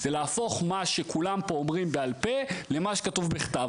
זה להפוך מה שכולם אומרים פה בעל-פה למה שכתוב בכתב.